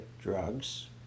drugs